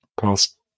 past